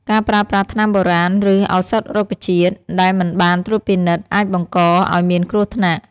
ការប្រើប្រាស់ថ្នាំបុរាណ ឬឱសថរុក្ខជាតិ ដែលមិនបានត្រួតពិនិត្យ អាចបង្កឱ្យមានគ្រោះថ្នាក់។